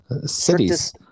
cities